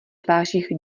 tvářích